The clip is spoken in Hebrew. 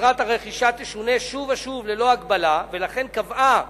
שמטרת הרכישה תשונה שוב ושוב ללא הגבלה, ולכן קבעה